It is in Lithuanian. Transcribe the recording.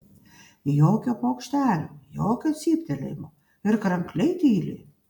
jokio paukštelio jokio cyptelėjimo ir krankliai tyli